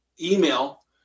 email